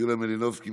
יוליה מלינובסקי,